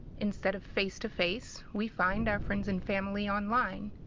instead of face to face, we find our friends and family online,